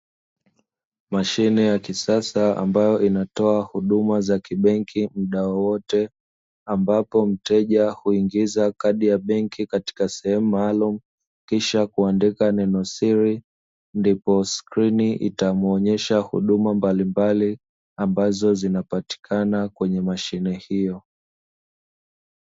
Mashine ya kisasa ambayo inatoa huduma za kibenki muda wowote, ambapo mteja huingiza kadi ya benki katika sehemu maalumu, kisha kuandika noni siri ndipo skrini itamuonyesha huduma mbalimbali; ambazo zinapatikana kwenye mashine hiyo.